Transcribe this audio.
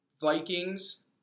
Vikings